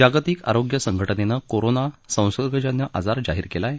जागतिक आरोग्य संघटनेनं कोरोना संसर्गजन्य आजार जाहीर केला आहे